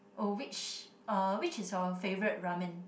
oh which uh which is your favourite ramen